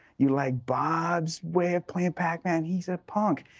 you like bob's way of playing pac-man? he's a punk.